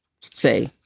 say